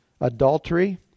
adultery